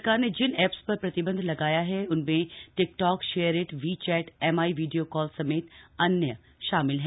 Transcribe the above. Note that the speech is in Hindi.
सरकार ने जिन एप्स पर प्रतिबंध लगाया है उसमें TikTok SHAREit WeChat Mi video call समेत अन्य शामिल हैं